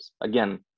Again